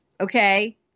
Okay